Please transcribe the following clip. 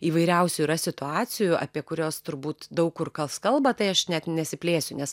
įvairiausių yra situacijų apie kuriuos turbūt daug kur kas kalba tai aš net nesiplėsiu nes